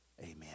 Amen